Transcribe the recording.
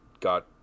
got